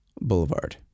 Boulevard